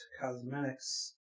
cosmetics